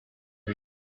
wind